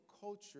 culture